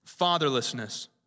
fatherlessness